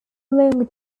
longer